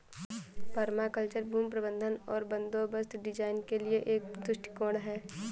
permaculture भूमि प्रबंधन और बंदोबस्त डिजाइन के लिए एक दृष्टिकोण है